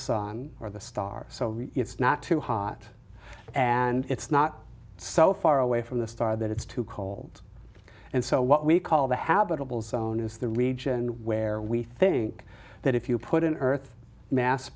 sun or the stars so it's not too hot and it's not so far away from the star that it's too cold and so what we call the habitable zone is the region where we think that if you put an earth mass